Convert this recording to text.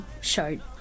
showed